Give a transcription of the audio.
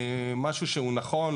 משהו שהוא נכון,